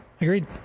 agreed